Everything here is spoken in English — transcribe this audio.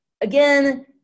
again